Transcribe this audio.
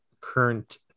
current